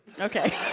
Okay